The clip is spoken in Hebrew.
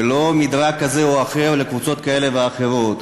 ולא מדרג כזה או אחר לקבוצות כאלה ואחרות,